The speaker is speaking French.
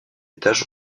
étage